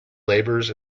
labors